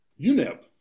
UNEP